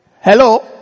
Hello